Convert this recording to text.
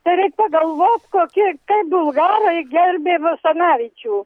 tai reik pagalvot kokie kaip bulgarai gerbė basanavičių